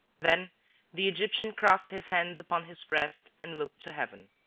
then the egyptian crossed his hands upon his breast, and looked to heaven.